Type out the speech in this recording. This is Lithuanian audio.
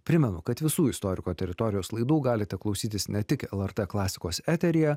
primenu kad visų istoriko teritorijos laidų galite klausytis ne tik lrt klasikos eteryje